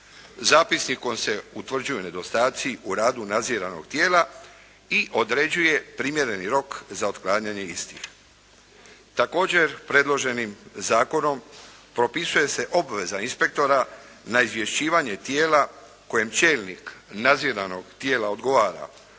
Zapisnikom se utvrđuju nedostaci u radu nadziranog tijela i određuje primjereni rok za otklanjanje istih. Također, predloženim zakonom propisuje se obveza inspektora na izvješćivanje tijela kojem čelnik nadziranog tijela odgovara